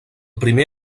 primer